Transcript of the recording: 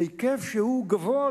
היקף שהוא גדול,